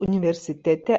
universitete